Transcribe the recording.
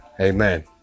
Amen